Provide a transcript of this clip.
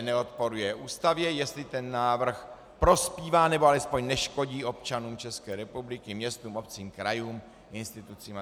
neodporuje Ústavě, jestli návrh prospívá, nebo alespoň neškodí občanům České republiky, městům, obcím, krajům, institucím atp.